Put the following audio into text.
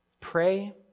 Pray